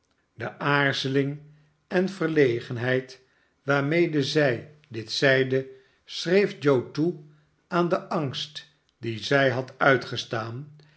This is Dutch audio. de aarzeling en verlegenheid waarmede zij dit zeide schreef joe toe aan den angst dien zij had uitgestaan